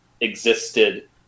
existed